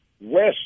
West